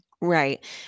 right